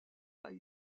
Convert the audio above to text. pas